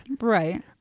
Right